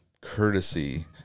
Courtesy